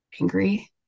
angry